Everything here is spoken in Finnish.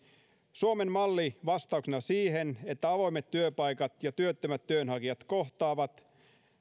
suomen mallia vastauksena siihen että avoimet työpaikat ja työttömät työnhakijat kohtaavat